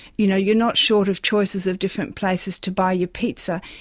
you know you're not short of choices of different places to buy your pizza,